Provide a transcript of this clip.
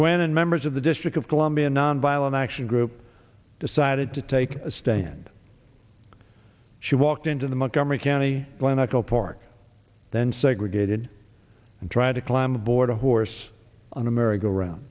when an member to the district of columbia nonviolent action group decided to take a stand she walked into the montgomery county glen echo park then segregated and tried to climb aboard a horse on a merry go around